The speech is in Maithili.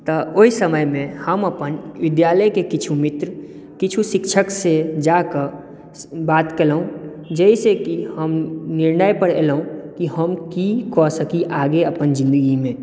ओहि समयमे हम अपन विद्यालयके किछु मित्र किछु शिक्षक से जाकऽ बात केलहुँ जाहिसँ कि हम निर्णय पर एलहुँ कि हम की कऽ सकी आगे अपन जिन्दगीमे